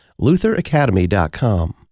Lutheracademy.com